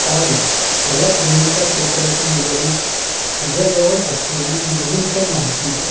ऑली मला प्रियंका चोप्राशी निगडित तुझ्याजवळ असलेली नवीनतम माहिती दे